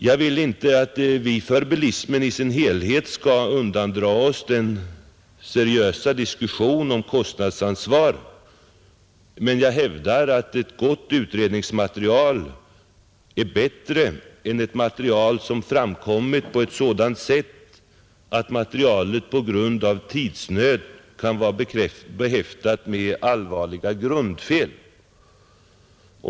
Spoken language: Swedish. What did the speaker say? Jag vill inte att vi för bilismen i dess helhet skall undandra oss en seriös diskussion om kostnadsansvar, men jag hävdar att ett gott utredningsmaterial är bättre än ett material som framkommit på ett sådant sätt att det på grund av tidsnöd kan vara behäftat med allvarliga grundfel.